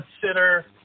consider